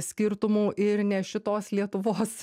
skirtumų ir ne šitos lietuvos